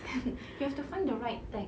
you have to find the right tag